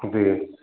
இது